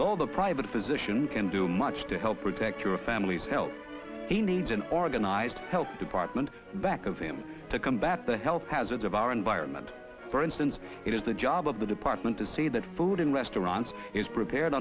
all the private physician can do much to help protect your family's health he needs an organized health department back of him to combat the health hazards of our environment for instance it is the job of the department to see that food in restaurants is prepared